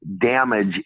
damage